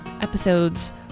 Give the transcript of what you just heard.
episodes